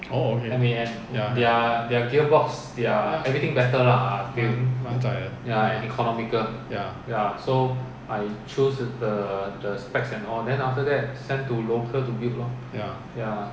orh okay 蛮 zai 的 ya ya